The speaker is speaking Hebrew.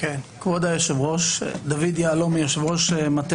כבוד היושב-ראש, אומר דברים